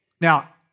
Now